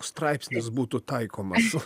straipsnis būtų taikomas